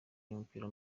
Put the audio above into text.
w’umupira